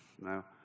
Now